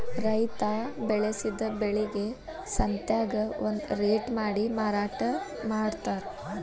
ರೈತಾ ಬೆಳಸಿದ ಬೆಳಿಗೆ ಸಂತ್ಯಾಗ ಒಂದ ರೇಟ ಮಾಡಿ ಮಾರಾಟಾ ಮಡ್ತಾರ